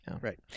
right